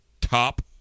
top